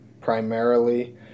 primarily